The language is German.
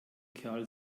kerl